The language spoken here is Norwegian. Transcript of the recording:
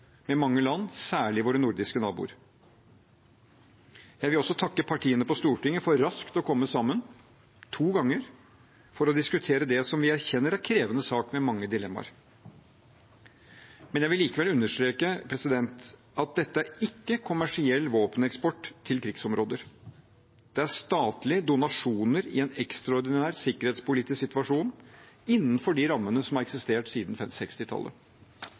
med mange land, særlig våre nordiske naboer. Jeg vil også takke partiene på Stortinget for raskt å komme sammen – to ganger – for å diskutere det som vi erkjenner er en krevende sak med mange dilemmaer. Jeg vil likevel understreke at dette ikke er kommersiell våpeneksport til krigsområder. Det er statlige donasjoner i en ekstraordinær sikkerhetspolitisk situasjon, innenfor de rammene som har eksistert siden